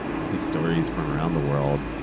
all the stories from around the world,